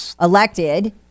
elected